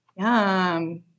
Yum